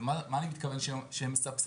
במה אני מתכוון שהם מסבסדים?